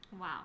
wow